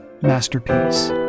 Masterpiece